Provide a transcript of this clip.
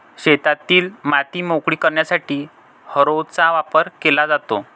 शेतातील माती मोकळी करण्यासाठी हॅरोचा वापर केला जातो